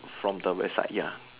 from the website ya